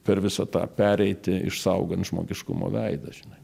per visą tą pereiti išsaugant žmogiškumo veidą žinai